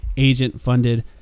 agent-funded